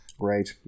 right